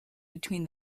between